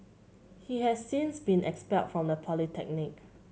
he has since been expelled from the polytechnic